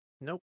Nope